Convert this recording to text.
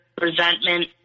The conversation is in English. resentment